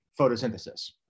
photosynthesis